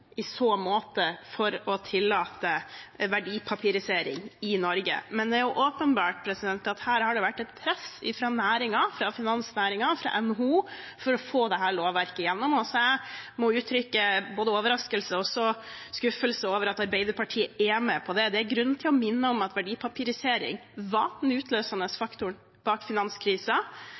for å tillate verdipapirisering i Norge. Men det er åpenbart at her har det vært et press fra finansnæringen, fra NHO, for å få dette lovverket igjennom. Jeg må gi uttrykk for både overraskelse og skuffelse over at Arbeiderpartiet er med på det. Det er grunn til å minne om at verdipapirisering var den utløsende faktoren bak